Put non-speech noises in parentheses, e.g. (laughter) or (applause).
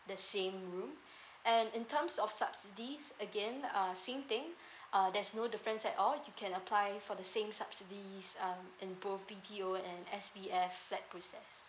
the same room (breath) and in terms of subsidies again uh same thing (breath) uh there's no difference at all you can apply for the same subsidies um involved B_T_O and S_B_F flats process